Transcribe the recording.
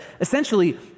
essentially